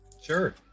Sure